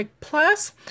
Plus